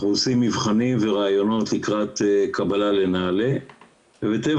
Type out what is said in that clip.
אנחנו עושים מבחנים וריאיונות לקראת קבלה לנעל"ה ומטבע